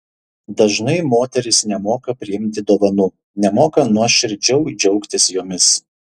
dažnai moterys nemoka priimti dovanų nemoka nuoširdžiau džiaugtis jomis